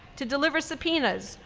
to deliver subpoenas,